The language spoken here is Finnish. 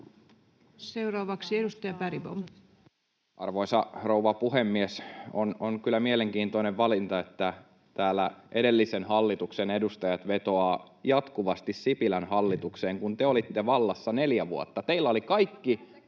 Time: 22:28 Content: Arvoisa rouva puhemies! On kyllä mielenkiintoinen valinta, että täällä edellisen hallituksen edustajat vetoavat jatkuvasti Sipilän hallitukseen. Kun te olitte vallassa neljä vuotta, teillä oli kaikki